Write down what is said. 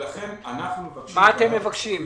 מה אתם מבקשים?